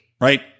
right